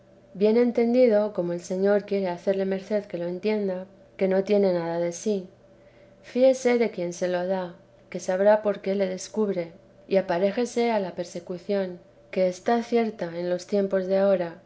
bien entendido como el señor quiere hacerle merced que lo entienda que no tiene nada de sí fíese de quien se lo da que sabrá por qué lo descubre y aparéjese a la persecución que está cierta en los tiempos de ahora